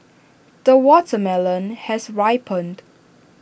the watermelon has ripened